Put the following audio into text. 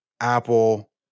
apple